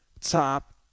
top